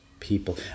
people